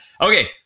Okay